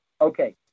Okay